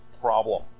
problem